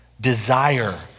desire